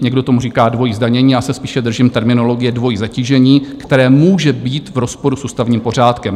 Někdo tomu říká dvojí zdanění, já se spíše držím terminologie dvojí zatížení, které může být v rozporu s ústavním pořádkem.